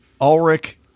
Ulrich